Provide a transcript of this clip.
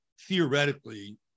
theoretically